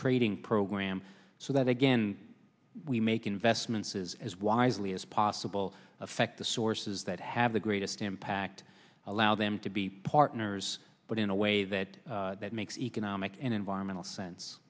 trading program so that again we make investments is as wisely as possible affect the sources that have the greatest impact allow them to be partners but in a way that makes economic and environmental sense